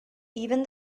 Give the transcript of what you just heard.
even